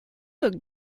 look